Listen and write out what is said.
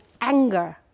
anger